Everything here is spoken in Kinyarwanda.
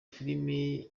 filime